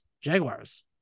Jaguars